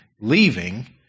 leaving